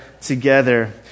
together